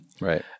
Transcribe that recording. Right